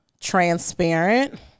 transparent